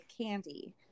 candy